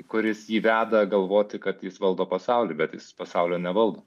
kuris jį veda galvoti kad jis valdo pasaulį bet jis pasaulio nevaldo